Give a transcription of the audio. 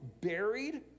buried